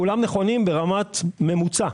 כולם נכונים ברמת ממוצע.